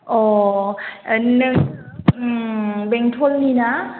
नोङो बेंटलनि ना